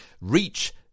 reach